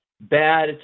bad